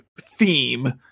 theme